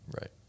Right